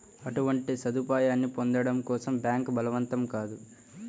అటువంటి సదుపాయాన్ని పొందడం కోసం బ్యాంక్ బలవంతం కాదు